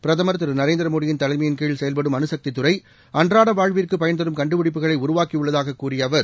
பிரதமர் திரு நரேந்திர மோடியின் தலைமையின் கீழ் செயல்படும் அனுகக்தித்துறை அன்றாட வாழ்விற்கு பயன் தரும் கண்டுபிடிப்புகளை உருவாக்கியுள்ளதாக கூறிய அவர்